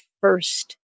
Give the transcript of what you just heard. first